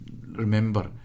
remember